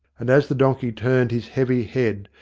and as the donkey turned his heavy head,